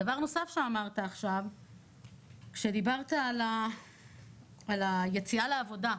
דבר נוסף שאמרת עכשיו כשדיברת על היציאה לעבודה.